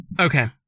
Okay